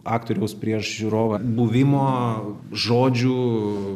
aktoriaus prieš žiūrovą buvimo žodžių